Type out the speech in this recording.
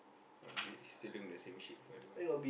he still doing the same shit forever